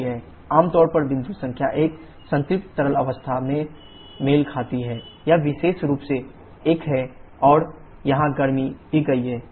आम तौर पर बिंदु संख्या 1 संतृप्त तरल अवस्था से मेल खाती है यह विशेष रूप से एक है और यहां गर्मी दी गई है